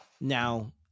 Now